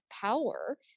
power